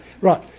Right